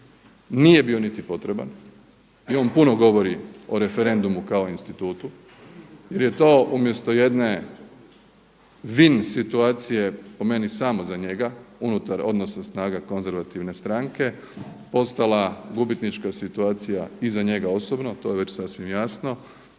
nije bio niti potreban i on puno govori o referendum kao institutu jer je to umjesto jedne win situacije po meni samo za njega unutar odnosa snaga konzervativne stranke postala gubitnička situacija i za njega osobno to je već sasvim jasno,